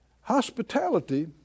Hospitality